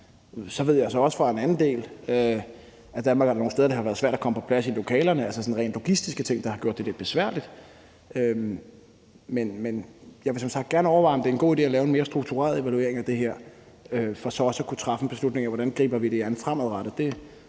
Så ved jeg også fra en anden del af Danmark, at der er nogle steder, hvor det har været svært at komme på plads i lokalerne, altså hvor sådan nogle rent logistiske ting har gjort det lidt besværligt. Men jeg vil som sagt gerne overveje, om det er en god idé at lave en mere struktureret evaluering af det her – for så også at kunne træffe en beslutning om, hvordan vi griber det an fremadrettet.